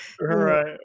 right